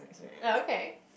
okay